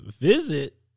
visit